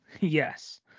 yes